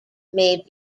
may